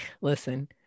listen